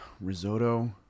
risotto